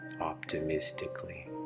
optimistically